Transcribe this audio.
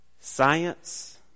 science